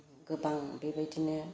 गोबां बेबायदिनो